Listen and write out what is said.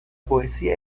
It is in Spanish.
poesía